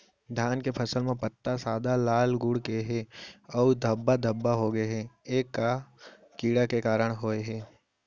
धान के फसल म पत्ता सादा, लाल, मुड़ गे हे अऊ धब्बा धब्बा होगे हे, ए का कीड़ा के कारण होय हे?